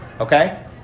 okay